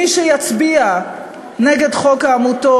מי יצביע נגד חוק העמותות,